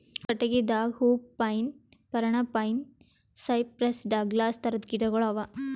ಕಟ್ಟಗಿದಾಗ hoop pine, Parana pine, cypress, Douglas ಥರದ್ ಗಿಡಗೋಳು ಅವಾ